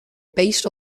based